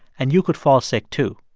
and you could fall sick, too.